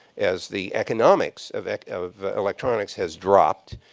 as the economics of of electronics has dropped,